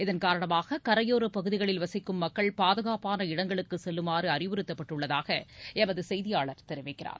இதன் காரணமாக கரையோரப் பகுதிகளில் வசிக்கும் மக்கள் பாதுகாப்பான இடங்களுக்கு செல்லுமாறு அறிவுறுத்தப்பட்டுள்ளதாக எமது செய்தியாளர் தெரிவிக்கிறார்